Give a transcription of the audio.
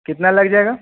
कितना लग जाएगा